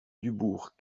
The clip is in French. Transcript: dubourg